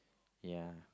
ya